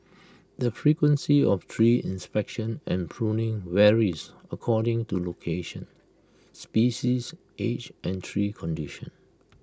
the frequency of tree inspection and pruning varies according to location species age and tree condition